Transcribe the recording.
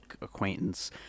acquaintance